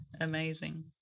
amazing